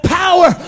power